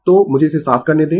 तो मुझे इसे साफ करने दें